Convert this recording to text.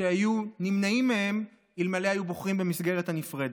שלא היו נמנעים מהם לו היו בוחרים במסגרת הנפרדת.